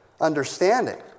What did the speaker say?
understanding